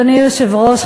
אדוני היושב-ראש,